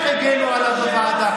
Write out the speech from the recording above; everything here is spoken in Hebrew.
איך הגנו עליו בוועדה,